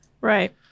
right